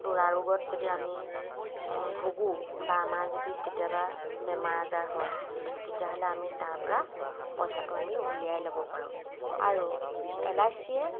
দুৰাৰোগ্যত যদি আমি ভুগোঁ বা আমাৰ যদি কেতিয়াবা বেমাৰ আজাৰ হয় তেতিয়াহ'লে আমি তাৰপৰা পইচাটো আমি উলিয়াই ল'ব পাৰোঁ আৰু এল আই চিয়ে